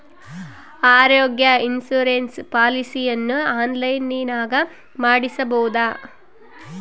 ಆರೋಗ್ಯ ಇನ್ಸುರೆನ್ಸ್ ಪಾಲಿಸಿಯನ್ನು ಆನ್ಲೈನಿನಾಗ ಮಾಡಿಸ್ಬೋದ?